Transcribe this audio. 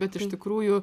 bet iš tikrųjų